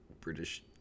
British